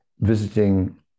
visiting